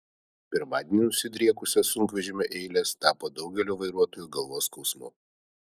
pirmadienį nusidriekusios sunkvežimių eilės tapo daugelio vairuotojų galvos skausmu